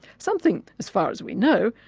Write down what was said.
something, as far as we know,